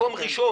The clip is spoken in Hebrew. מקום ראשון,